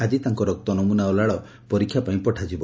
ଆକି ତାଙ୍କ ରକ୍ତନମୁନା ଓ ଲାଳ ପରୀକ୍ଷା ପାଇଁ ପଠାଯିବ